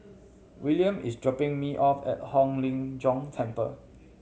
Willam is dropping me off at Hong Lim Jiong Temple